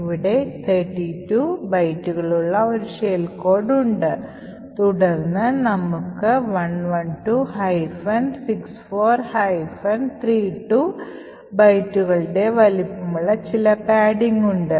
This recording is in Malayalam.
ഇവിടെ 32 ബൈറ്റുകളുള്ള ഒരു ഷെൽ കോഡ് ഉണ്ട് തുടർന്ന് നമുക്ക് 112 64 32 ബൈറ്റുകളുടെ വലുപ്പമുള്ള ചില പാഡിംഗ് ഉണ്ട്